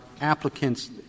applicants —